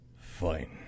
Fine